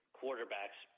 quarterbacks